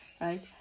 right